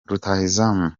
rutahizamu